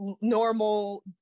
normal